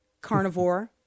carnivore